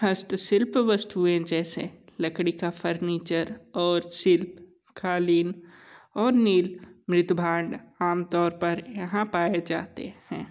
हस्तशिल्प वस्तुएँ जैसे लकड़ी का फर्नीचर और शिल्प कालीन और नील मृदभांड आम तौर पर यहाँ पाए जाते हैं